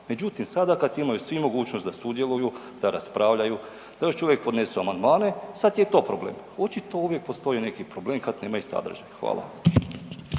Međutim, sada kad imaju svi mogućnost da sudjeluju, da raspravljaju, da još uvijek podnesu amandmane, sad je to problem, očito uvijek postoji neki problem kad nemaju sadržaj. Hvala.